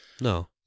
No